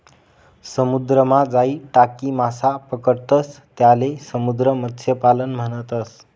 समुद्रमा जाई टाकी मासा पकडतंस त्याले समुद्र मत्स्यपालन म्हणतस